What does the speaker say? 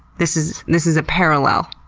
this is this is a parallel